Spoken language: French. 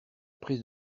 prise